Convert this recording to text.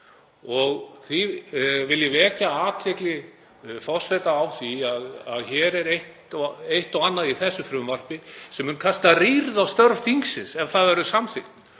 Því vil ég vekja athygli forseta á því að það er eitt og annað í þessu frumvarpi sem mun kasta rýrð á störf þingsins ef það verður samþykkt.